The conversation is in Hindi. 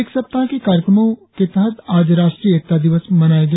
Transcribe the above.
एक सप्ताह के कार्यक्रमों के तहत आज राष्ट्रीय एकता दिवस मनाया गया